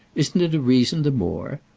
isn't it a reason the more?